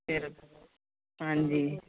ਫਿਰ ਹਾਂਜੀ